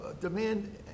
demand